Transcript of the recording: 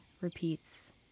repeats